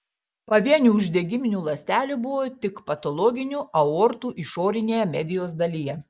pavienių uždegiminių ląstelių buvo tik patologinių aortų išorinėje medijos dalyje